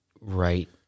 right